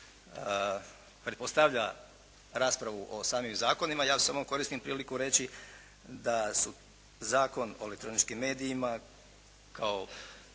pretpostavlja raspravu o samim zakonima, ja samo koristim priliku reći da su Zakon o elektroničkim medijima kao